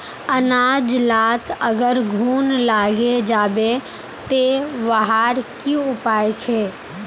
अनाज लात अगर घुन लागे जाबे ते वहार की उपाय छे?